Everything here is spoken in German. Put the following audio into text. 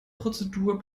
prozedur